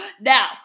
now